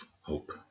hope